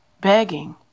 begging